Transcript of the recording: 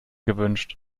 gewünscht